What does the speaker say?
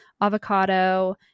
avocado